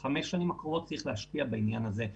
בחמש השנים הקרובות, צריך להשקיע בעניין הזה.